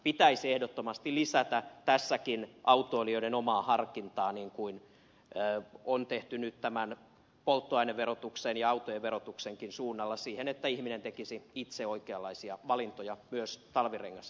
pitäisi ehdottomasti lisätä tässäkin autoilijoiden omaa harkintaa niin kuin on tehty nyt tämän polttoaineverotuksen ja autojen verotuksenkin suunnalla siihen että ihminen tekisi itse oikeanlaisia valintoja myös talvirengas